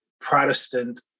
Protestant